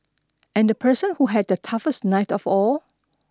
and the person who had the toughest night of all